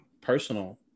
personal